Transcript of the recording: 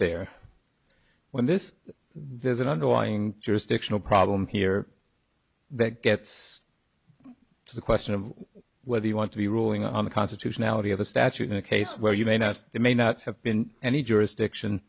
there when this there's an underlying jurisdictional problem here that gets to the question of whether you want to be ruling on the constitutionality of a statute in a case where you may not may not have been any jurisdiction